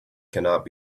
cannot